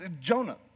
Jonah